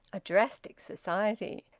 a drastic society!